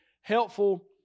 helpful